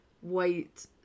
white